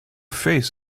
face